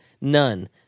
None